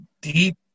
deep